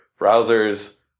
browsers